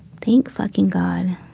thank fucking god.